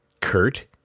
Kurt